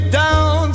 down